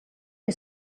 que